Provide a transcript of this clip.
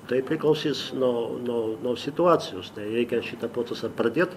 tai priklausys no no no situacijos tai reikia šitą procesą pradėt